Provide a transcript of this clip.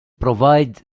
provide